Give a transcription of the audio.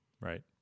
Right